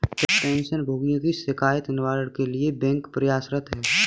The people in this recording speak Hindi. पेंशन भोगियों की शिकायत निवारण के लिए बैंक प्रयासरत है